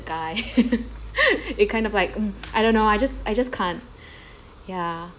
a guy it kind of like um I don't know I just I just can't ya